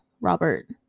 Robert